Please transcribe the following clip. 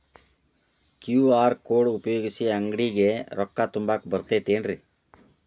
QR code ಉಪಯೋಗಿಸಿ, ಅಂಗಡಿಗೆ ರೊಕ್ಕಾ ತುಂಬಾಕ್ ಬರತೈತೇನ್ರೇ?